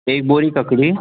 एक बोरी ककड़ी